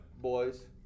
boys